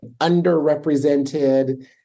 underrepresented